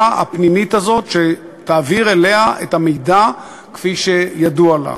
הפנימית הזאת שתעביר אליה את המידע כפי שידוע לה.